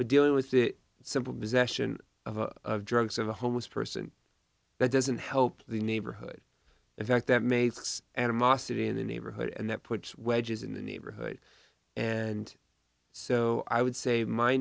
but dealing with the simple possession of drugs of a homeless person doesn't help the neighborhood in fact that makes animosity in the neighborhood and that puts wedges in the neighborhood and so i would say my